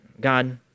God